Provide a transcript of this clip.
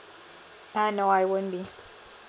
ah no I won't be